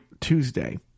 Tuesday